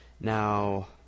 Now